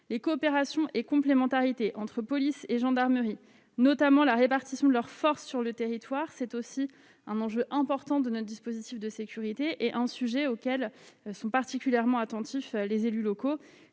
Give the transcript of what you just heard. Les coopérations et complémentarités entre la police et la gendarmerie, notamment la répartition de leurs forces sur le territoire, constituent également un enjeu important de notre dispositif de sécurité et un sujet auquel sont particulièrement attentifs les élus locaux.